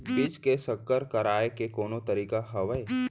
बीज के संकर कराय के कोनो तरीका हावय?